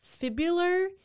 fibular